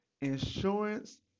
Insurance